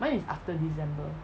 mine is after december